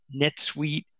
NetSuite